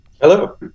Hello